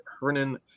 Hernan